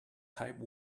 type